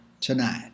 tonight